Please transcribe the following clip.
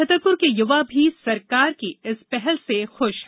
छतरपुर के युवा भी सरकार की इस पहल से खुश हैं